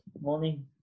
Morning